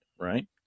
right